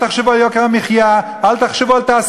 אל תחשבו על יוקר המחיה,